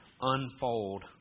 unfold